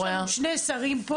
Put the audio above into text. יש לנו שלושה שרים: